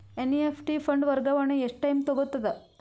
NEFT fund ವರ್ಗಾವಣೆ ಎಷ್ಟ time ತೋಗೊತದ?